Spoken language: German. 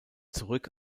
zurück